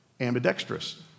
Ambidextrous